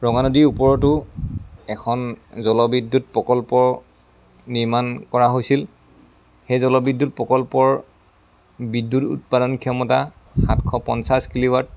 ৰঙা নদীৰ ওপৰতো এখন জলবিদ্যুৎ প্ৰকল্প নিৰ্মাণ কৰা হৈছিল সেই জলবিদ্যুৎ প্ৰকল্পৰ বিদ্যুৎ উৎপাদনৰ ক্ষমতা সাতশ পঞ্চাছ কিলোৱাট